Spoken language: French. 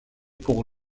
pour